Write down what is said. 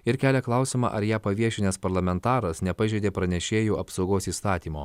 ir kelia klausimą ar ją paviešinęs parlamentaras nepažeidė pranešėjų apsaugos įstatymo